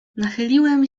nachyliłem